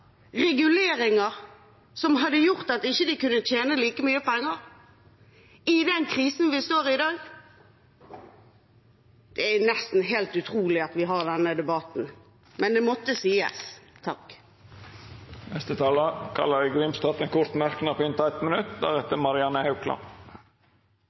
reguleringer som hadde gjort at de ikke kunne tjene like mye penger, i den krisen vi står i i dag. Det er nesten helt utrolig at vi har denne debatten, men det måtte sies. Det er egentlig en